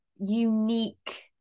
unique